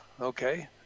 Okay